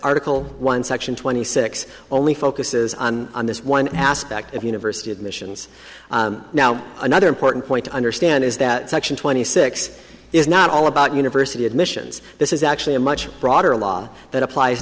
article one section twenty six only focuses on on this one aspect of university admissions now another important point to understand is that section twenty six is not all about university admissions this is actually a much broader law that applies